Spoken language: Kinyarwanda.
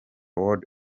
world